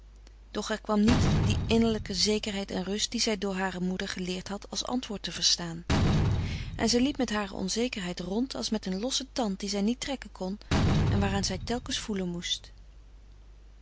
doch er kwam niet die innerlijke zekerheid en rust die zij door hare moeder geleerd had als antwoord te verstaan en zij liep met hare onzekerheid rond als met een lossen tand die zij niet trekken kon en waaraan zij telkens voelen moest